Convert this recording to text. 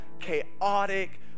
chaotic